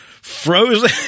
Frozen